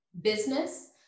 business